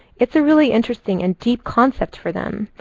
it's a really interesting and deep concept for them.